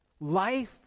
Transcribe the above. Life